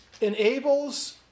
enables